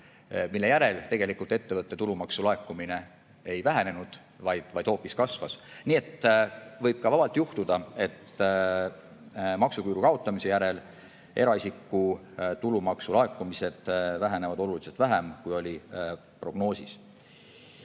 mille järel tegelikult ettevõtte tulumaksu laekumine ei vähenenud, vaid hoopis kasvas. Nii et võib ka vabalt juhtuda, et maksuküüru kaotamise järel eraisiku tulumaksu laekumised vähenevad oluliselt vähem, kui oli prognoosis. Nüüd,